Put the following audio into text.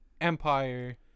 Empire